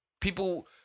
People